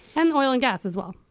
and the oil and gas as well.